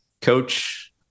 coach